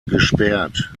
gesperrt